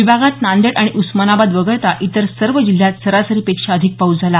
विभागात नांदेड आणि उस्मानाबाद वगळता इतर सर्व जिल्ह्यात सरासरीपेक्षा अधिक पाऊस झाला